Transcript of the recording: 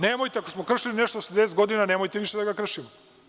Nemojte, ako smo kršili nešto 60 godina, nemojte više da ga kršimo.